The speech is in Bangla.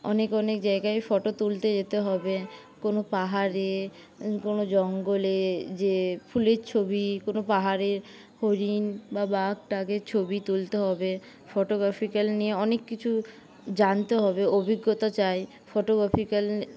অনেক অনেক জায়গায় ফোটো তুলতে যেতে হবে কোনও পাহাড়ে কোনও জঙ্গলে যে ফুলের ছবি কোনও পাহাড়ে ফড়িং বা বাঘ টাঘের ছবি তুলতে হবে ফোটোগ্রাফিক্যাল নিয়ে অনেককিছু জানতে হবে অভিজ্ঞতা চাই ফোটোগ্রাফিক্যাল